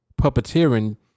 puppeteering